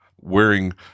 Wearing